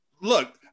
Look